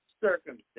circumstance